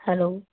hello